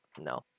no